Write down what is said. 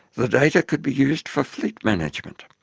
the data could be used for fleet management.